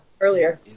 Earlier